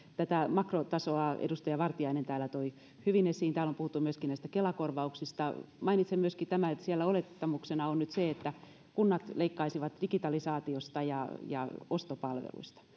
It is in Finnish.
makrotasoa edustaja vartiainen täällä toi hyvin esiin täällä on puhuttu myöskin kela korvauksista mainitsen myöskin tämän että siellä olettamuksena on nyt se että kunnat leikkaisivat digitalisaatiosta ja ja ostopalveluista